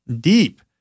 deep